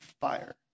fire